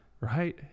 Right